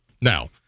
now